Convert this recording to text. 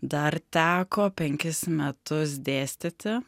dar teko penkis metus dėstyti